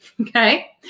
Okay